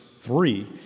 three